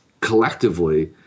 collectively